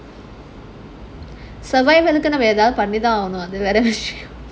survive நாம ஏதாவது பண்ணிதான் அவனும் அது வேற விஷயம்:naama edhavathu pannithaan avanum adhu vera vishayam